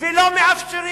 ולא מאפשרים,